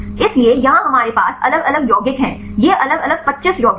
इसलिए यहाँ हमारे पास अलग अलग यौगिक हैं ये अलग अलग 25 यौगिक हैं